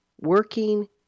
working